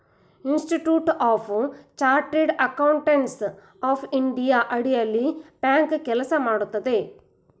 institute of chartered accountants of India ಅಡಿಯಲ್ಲಿ bank ಕೆಲಸ ಮಾಡುತ್ತದೆ